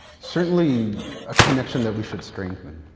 certainly, a connection that we should strengthen.